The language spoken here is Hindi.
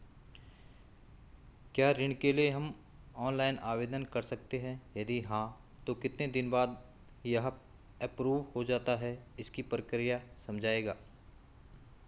क्या ऋण के लिए हम ऑनलाइन आवेदन कर सकते हैं यदि हाँ तो कितने दिन बाद यह एप्रूव हो जाता है इसकी प्रक्रिया समझाइएगा?